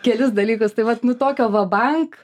kelis dalykus tai vat nu tokio va bank